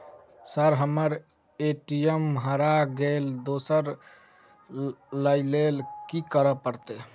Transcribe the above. Sir हम्मर ATM हरा गइलए दोसर लईलैल की करऽ परतै?